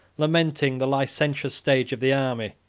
lamenting the licentious stage of the army,